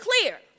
clear